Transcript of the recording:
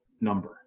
number